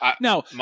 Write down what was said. Now